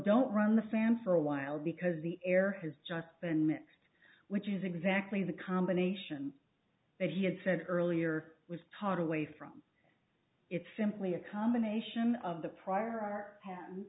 don't run the fan for a while because the air has just been mixed which is exactly the combination that he had said earlier was part of a way from it simply a combination of the prior